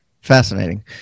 Fascinating